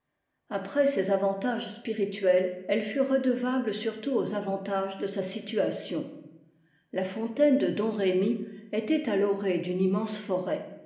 après ses avantages spirituels elle fut redevable surtout aux avantages de sa situation la fontaine de domrémy était à l'orée d'une immense forêt